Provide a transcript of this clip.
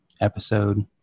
episode